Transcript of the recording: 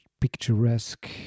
picturesque